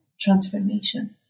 transformation